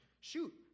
shoot